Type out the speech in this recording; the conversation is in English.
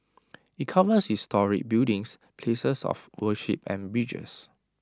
IT covers historic buildings places of worship and bridges